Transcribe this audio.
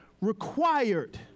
required